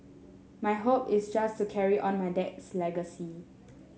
my hope is just to carry on my dad's legacy